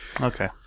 Okay